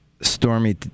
Stormy